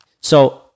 So-